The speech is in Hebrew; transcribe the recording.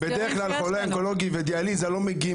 בדרך כלל חולי דיאליזה וחולי אונקולוגיה לא מגיעים